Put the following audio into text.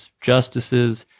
justices